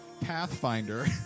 Pathfinder